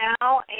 now